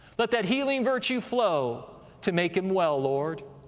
let that healing virtue flow to make them well, lord.